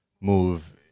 move